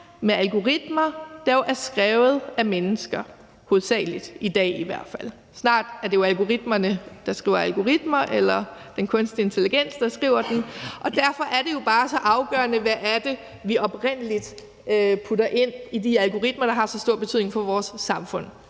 med algoritmer, der jo i hvert fald i dag hovedsagelig er skrevet af mennesker – snart er det jo algoritmerne, der skriver algoritmer, eller den kunstige intelligens, der skriver dem – og derfor er det jo bare så afgørende, hvad det er, vi oprindelig har puttet ind i de algoritmer, der har så stor en betydning for vores samfund.